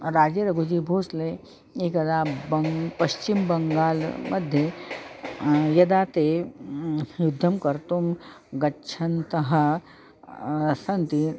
राजेरघुजीभोसले एकदा बङ् पश्चिमबङ्गालमध्ये यदा ते युद्धं कर्तुं गच्छन्तः सन्ति